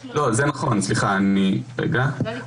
סליחה, זה נכון.